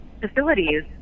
facilities